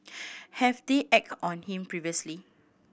have they acted on him previously